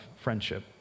friendship